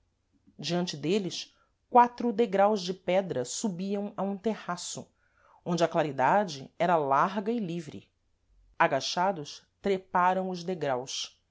diante dêles quatro degraus de pedra subiam a um terraço onde a claridade era larga e livre agachados treparam os degraus e ao